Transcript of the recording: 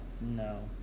No